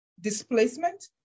displacement